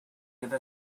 give